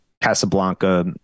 Casablanca